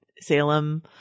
Salem